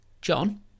John